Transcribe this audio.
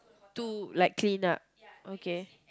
to like clean up okay